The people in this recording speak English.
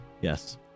yes